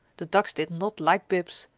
the ducks did not like bibs.